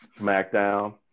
SmackDown